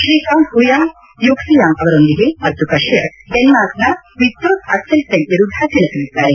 Srikanth Huang Yuxiang ಅವರೊಂದಿಗೆ ಮತ್ತು ಕಶ್ಲಪ್ ಡೆನ್ನಾರ್ಕ್ನ ವಿಕ್ಲೋರ್ ಅಕ್ಷೆಲ್ಸೆನ್ ವಿರುದ್ಧ ಸೆಣೆಸಲಿದ್ದಾರೆ